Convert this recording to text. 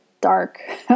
dark